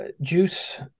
Juice